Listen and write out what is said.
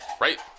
Right